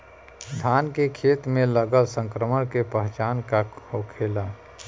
धान के खेत मे लगल संक्रमण के पहचान का होखेला?